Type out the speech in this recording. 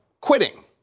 quitting